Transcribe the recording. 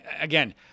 again